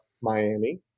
Miami